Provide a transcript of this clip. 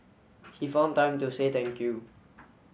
he found time to say thank you